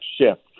shift